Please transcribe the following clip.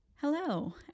Hello